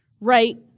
right